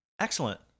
Excellent